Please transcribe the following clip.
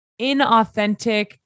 inauthentic